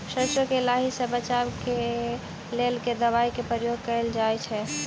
सैरसो केँ लाही सऽ बचाब केँ लेल केँ दवाई केँ प्रयोग कैल जाएँ छैय?